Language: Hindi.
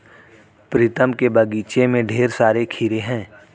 प्रीतम के बगीचे में ढेर सारे खीरे हैं